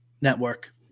network